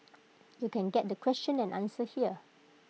you can get the question and answer here